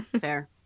fair